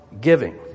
giving